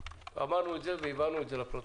אמרנו והבהרנו את זה לפרוטוקול.